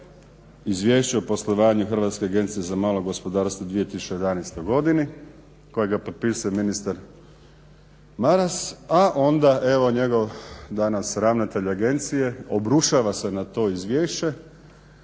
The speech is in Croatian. izvješće o poslovanju Hrvatske agencije za malo gospodarstvo u 2011. godini kojega potpisuje ministar Maras, a onda evo njegov danas ravnatelj agencije obrušava se na to izvješće.